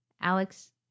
Alex